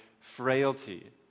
frailty